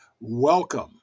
welcome